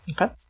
Okay